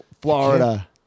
Florida